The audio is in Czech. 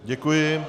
Děkuji.